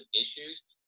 issues